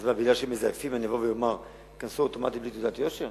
אז מכיוון שמזייפים אני אבוא ואומר: תיכנסו אוטומטית בלי תעודת יושר?